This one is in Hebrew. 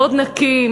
מאוד נקי,